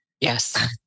Yes